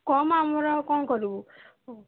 କମ୍ ଆମର ଆଉ କ'ଣ କରିବୁ